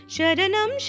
Sharanam